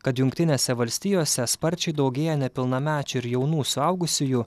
kad jungtinėse valstijose sparčiai daugėja nepilnamečių ir jaunų suaugusiųjų